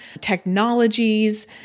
technologies